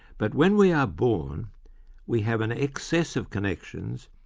but when we are born we have an excess of connections,